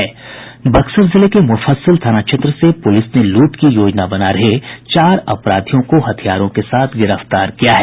बक्सर जिले के मुफस्सिल थाना क्षेत्र से पुलिस ने लूट की योजना बना रहे चार अपराधियों को हथियारों के साथ गिरफ्तार किया है